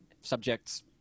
subjects